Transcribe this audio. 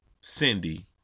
Cindy